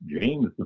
James